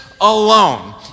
alone